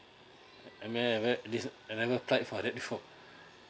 I may have this uh I never applied for it before